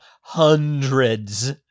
hundreds